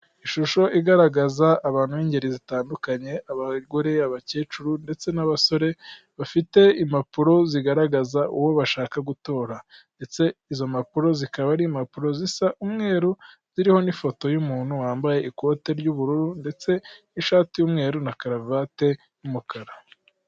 Ishusho igaragaza abantu b'ingeri zitandukanye abagore, abakecuru ndetse n'abasore bafite impapuro zigaragaza uwo bashaka gutora ndetse izo mpapuro zikaba ari impapuro zisa umweru ziriho n'ifoto y'umuntu wambaye ikote ry'ubururu ndetse n'ishati y'umweru na karavate y'umukara.